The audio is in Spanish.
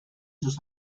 sus